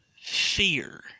fear